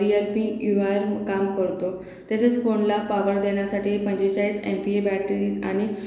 real P U R काम करतो तसेच फोनला पॉवर देण्यासाठी पंचेचाळीस एमपी बॅटरीज आणि